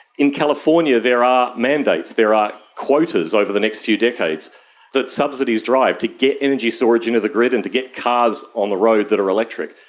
in california there are mandates, there are quotas over the next few decades that subsidies drive to get energy storage into the grid and to get cars on the road that are electric.